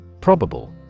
Probable